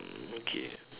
mm okay